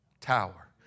Tower